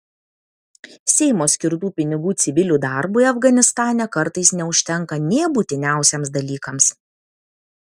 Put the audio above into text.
seimo skirtų pinigų civilių darbui afganistane kartais neužtenka nė būtiniausiems dalykams